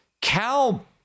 Cal